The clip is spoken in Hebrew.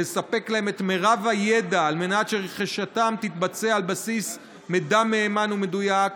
לספק להם את מרב הידע על מנת שרכישתם תתבצע על בסיס מידע מהימן ומדויק,